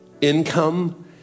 income